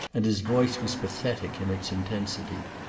and his voice was pathetic in its intensity.